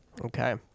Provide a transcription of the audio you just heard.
okay